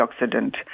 antioxidant